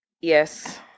Yes